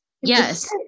Yes